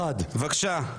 בבקשה.